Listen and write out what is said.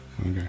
Okay